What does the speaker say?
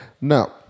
now